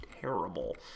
terrible